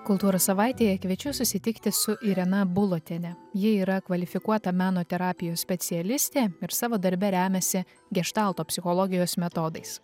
kultūros savaitėje kviečiu susitikti su irena bulotienė ji yra kvalifikuota meno terapijos specialistė ir savo darbe remiasi geštalto psichologijos metodais